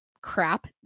crap